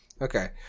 okay